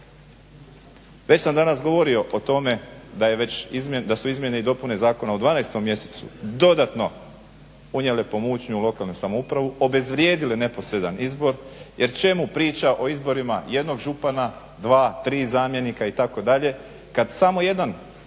Već sam danas govorio o tome da je već, da su izmjene i dopune zakona u 12 mjesecu dodatno unijele pomutnju u lokalnu samoupravu, obezvrijedile neposredan izbor jer čemu priča o izborima jednog župana, dva, tri zamjenika itd. kad samo jedan